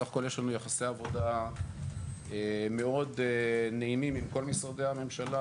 סך הכול יש לנו יחסי עבודה מאוד נעימים עם כל משרדי הממשלה.